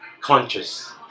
conscious